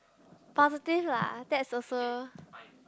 positive lah that's also